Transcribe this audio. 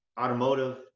automotive